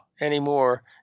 anymore